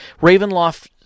Ravenloft